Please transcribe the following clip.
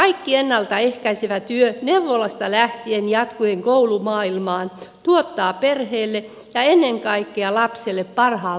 kaikki ennalta ehkäisevä työ neuvolasta lähtien jatkuen koulumaailmaan tuottaa perheelle ja ennen kaikkea lapselle parhaan lopputuloksen